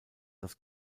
das